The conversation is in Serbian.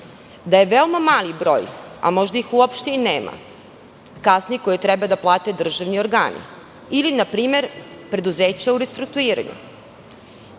Da je veoma mali broj, a možda ih uopšte i nema, kazni koje treba da plate državni organi ili npr. preduzeće u restrukturiranju. Vi